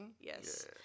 yes